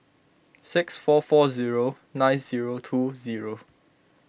six four four zero nine zero two zero